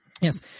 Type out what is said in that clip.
Yes